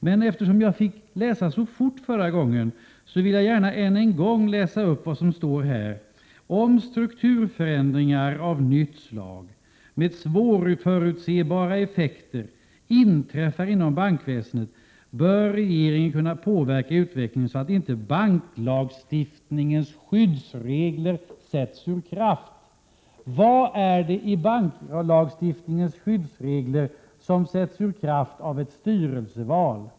Men eftersom jag var tvungen att läsa så fort förut vill jag gärna än en gång läsa upp vad som står i näringsutskottets betänkande: ”Om strukturförändringar av nytt slag med svårförutsebara effekter inträffar inom bankväsendet bör regeringen kunna påverka utvecklingen så att inte banklagstiftningens skyddsregler sätts ur kraft.” Vad är det i banklagstiftningens skyddsregler som sätts ur kraft av ett styrelseval?